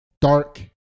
dark